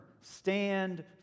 Stand